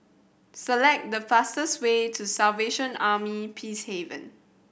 select the fastest way to Salvation Army Peacehaven